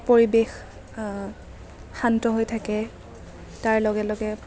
পৰিৱেশ শান্ত হৈ থাকে তাৰ লগে লগে